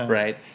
right